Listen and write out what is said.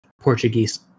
portuguese